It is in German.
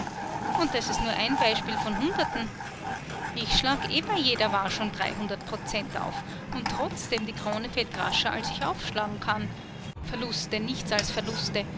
und das ist nur ein beispiel von hunderten ich schlag eh bei jeder war schon dreihundert prozent auf und trotzdem die krone fällt rascher als ich aufschlagen kann verluste nichts als verluste